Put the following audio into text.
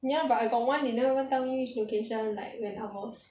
ya but I got one they never even tell me which location like when I was